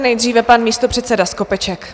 Nejdříve pan místopředseda Skopeček.